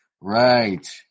Right